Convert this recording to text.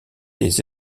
des